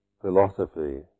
philosophy